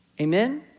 amen